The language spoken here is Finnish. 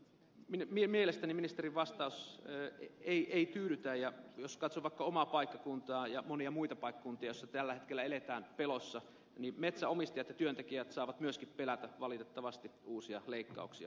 mielestäni ministerin vastaus ei tyydytä ja jos katson vaikka omaa paikkakuntaani ja monia muita paikkakuntia joissa tällä hetkellä eletään pelossa niin metsänomistajat ja työntekijät saavat myöskin pelätä valitettavasti uusia leikkauksia